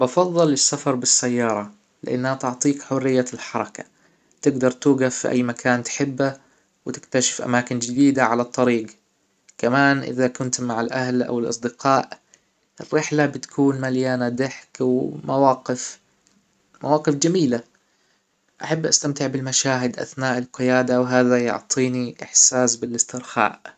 بفظل السفر بالسيارة لإنها تعطيك حرية الحركة تقدر توجف فى أى مكان تحبه وتكتشف أماكن جديدة على الطريج كمان إذا كنت مع الأهل أو الأصدقاء الرحله بتكون مليانة ضحك و مواقف- مواقف جميلة أحب أستمتع بالمشاهد أثناء القيادة وهذا يعطينى إحساس بالإسترخاء